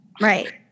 right